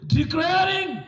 Declaring